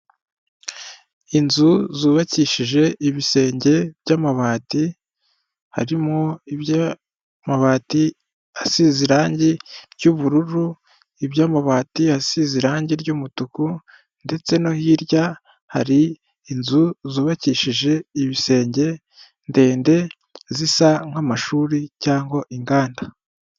Inzu zubakishije ibisenge by'amabati harimo iby'amabati asize irangi ry'ubururu, iby'amabati yasize irangi ry'umutuku, ndetse no hirya hari inzu zubakishije ibisenge ndende zisa nk'amashuri cyangwa inganda.